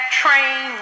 train